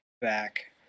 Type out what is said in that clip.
back